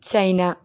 China